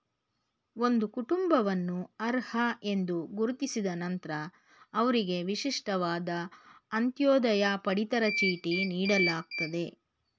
ಒಂದು ಕುಟುಂಬವನ್ನು ಅರ್ಹ ಎಂದು ಗುರುತಿಸಿದ ನಂತ್ರ ಅವ್ರಿಗೆ ವಿಶಿಷ್ಟವಾದ ಅಂತ್ಯೋದಯ ಪಡಿತರ ಚೀಟಿ ನೀಡಲಾಗ್ತದೆ